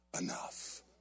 enough